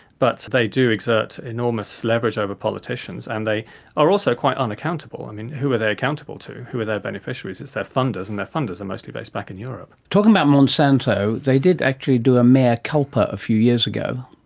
but so they do exert enormous leverage over politicians and they are also quite unaccountable. i mean, who are they accountable to? who are their beneficiaries? it's their funders, and their funders are mostly based back in europe. talking about monsanto, they did actually do a mea ah culpa a few years ago,